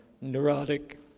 neurotic